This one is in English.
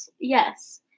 Yes